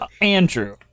Andrew